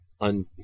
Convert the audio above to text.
un-